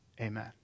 Amen